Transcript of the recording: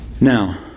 Now